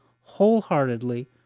wholeheartedly